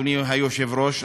אדוני היושב-ראש,